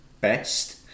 best